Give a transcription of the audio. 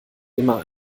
immer